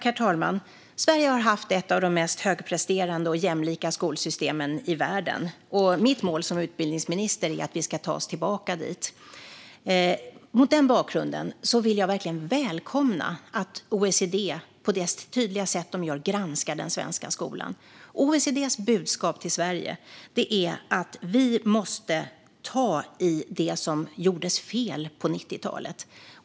Herr talman! Sverige har haft ett av de mest högpresterande och jämlika skolsystemen i världen, och mitt mål som utbildningsminister är att vi ska ta oss tillbaka dit. Mot den bakgrunden vill jag verkligen välkomna att OECD på det tydliga sätt de gör granskar den svenska skolan. OECD:s budskap till Sverige är att vi måste ta i det som gjordes fel på 90-talet.